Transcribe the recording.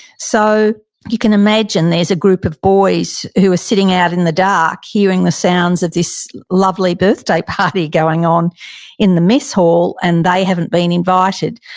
so you can imagine there's a group of boys who were sitting out in the dark hearing the sounds of this lovely birthday party going on in the mess hall and they haven't been invited.